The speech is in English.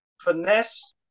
Finesse